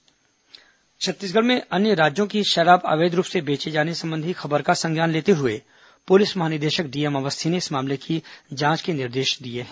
शराब जब्त छत्तीसगढ़ में अन्य राज्यों की शराब अवैध रूप से बेचे जाने संबंधी खबर का संज्ञान लेते हुए पुलिस महानिदेशक डीएमअवस्थी ने इस मामले की जांच के निर्देश दिए हैं